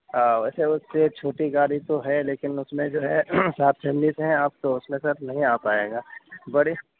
ہاں ویسے اس سے چھوٹی گاڑی تو ہے لیکن اس میں جو ہے ساتھ فیملیز ہیں آپ تو سر اس میں نہیں آ پائے گا بڑی